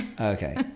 Okay